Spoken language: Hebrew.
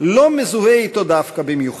לא מזוהה אתו דווקא, במיוחד,